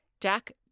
Jack